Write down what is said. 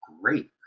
Great